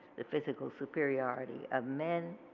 the physical superiority of men,